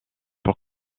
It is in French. pour